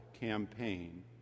campaign